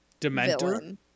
Dementor